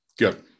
Good